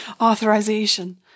authorization